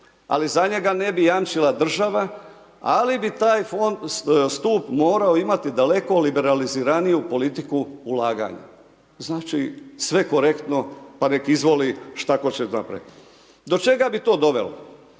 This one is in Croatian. ali za njega ne bi jamčila država ali bi taj stup morao imati daleko liberaliziraniju politiku ulaganja, znači sve korektno pa nek izvoli šta tko će napraviti. Do čega bi to dovelo?